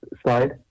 slide